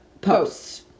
posts